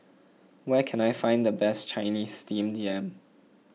where can I find the best Chinese Steamed Yam